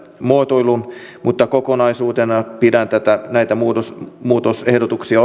muotoilun mutta kokonaisuutena pidän näitä muutosehdotuksia